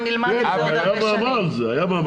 היה מאמר על זה.